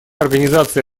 организации